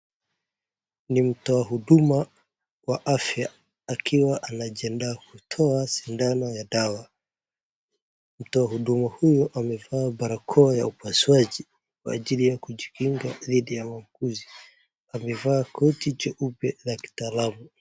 Ni mtoa huduma wa afya akiwa anajiandaa kutoa sindano ya dawa. Mtoa huduma huyu amevaa barakoa ya upasuaji kwa ajili ya jikinga dhidi ya mauguzi. Amevaa joti jeupe la kitaalamu.